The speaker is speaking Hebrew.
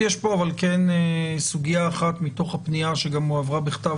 אבל יש כאן סוגיה אחת מתוך הפנייה שגם הועברה בכתב